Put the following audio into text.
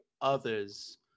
others